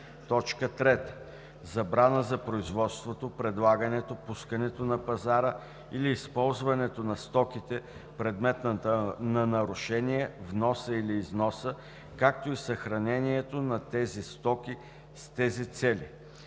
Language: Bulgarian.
тайна; 3. забрана за производството, предлагането, пускането на пазара или използването на стоките – предмет на нарушение, вноса или износа, както и съхранението на тези стоки, с тези цели;